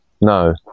No